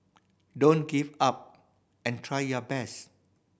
don't give up and try your best